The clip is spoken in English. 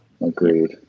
Agreed